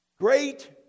Great